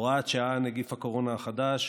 (הוראת שעה, נגיף הקורונה החדש)